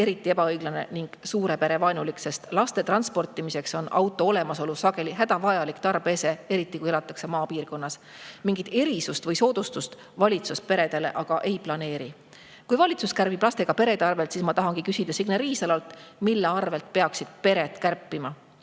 eriti ebaõiglane ning suure pere vaenulik, sest laste transportimiseks on auto sageli hädavajalik tarbeese, eriti kui elatakse maapiirkonnas. Mingit erisust või soodustust valitsus peredele aga ei planeeri. Kui valitsus kärbib lastega perede arvelt, siis ma tahan küsida Signe Riisalolt: mille arvelt peaksid pered kärpima?